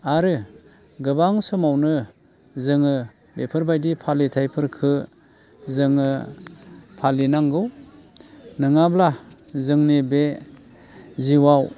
आरो गोबां समावनो जोङो बेफोरबायदि फालिथायफोरखो जोङो फालिनांगौ नङाब्ला जोंनि बे जिउआव